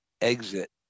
exit